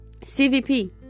CVP